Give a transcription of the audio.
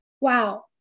Wow